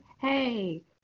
hey